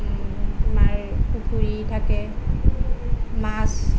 আমাৰ পুখুৰী থাকে মাছ